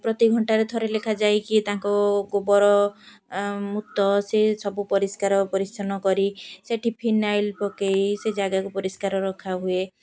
ପ୍ରତି ଘଣ୍ଟାରେ ଥରେ ଲେଖା ଯାଇକି ତାଙ୍କ ଗୋବର ମୁତ ସେ ସବୁ ପରିଷ୍କାର ପରିଚ୍ଛନ୍ନ କରି ସେଠି ଫିନାଇଲ୍ ପକାଇ ସେ ଜାଗାକୁ ପରିଷ୍କାର ରଖାହୁୁଏ